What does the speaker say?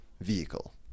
vehicle